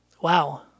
wow